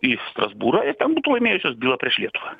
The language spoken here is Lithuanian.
į strasbūrą ir ten būtų laimėjusios bylą prieš lietuvą